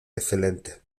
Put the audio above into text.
excelentes